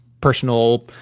personal